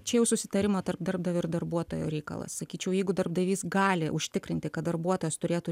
čia jau susitarimo tarp darbdavio ir darbuotojo reikalas sakyčiau jeigu darbdavys gali užtikrinti kad darbuotojas turėtų